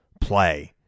play